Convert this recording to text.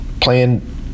playing